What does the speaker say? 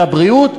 והבריאות,